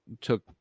took